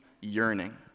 yearning